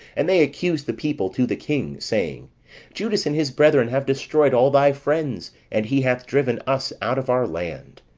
and they accused the people to the king, saying judas and his brethren have destroyed all thy friends, and he hath driven us out of our land.